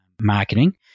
marketing